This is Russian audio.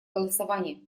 голосования